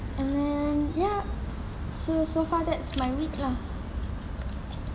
and then yup so so far that's my week lah